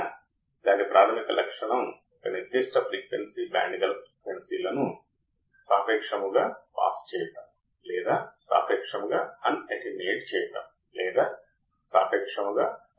మీ దగ్గర op amp ఉంటే మరియు అది ఓపెన్ లూప్ ఆప్ ఆంప్ అయితే ఆప్ ఆంప్ యొక్క అంతర్గత సూత్రం విఅవుటు ఇన్పుట్ టెర్మినల్స్ యొక్క వ్యత్యాసము గైన్ కి సమానం అంటేVout Vnon inverting -Vinverting గైన్